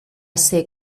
ser